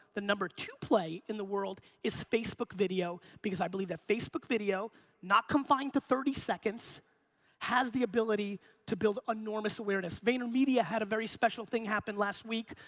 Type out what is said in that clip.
the number two play in the world is facebook video because i believe that facebook video not confined to thirty seconds has the ability to build enormous awareness. vaynermedia had a very special thing happen last week.